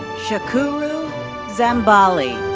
shukuru zambali.